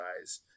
eyes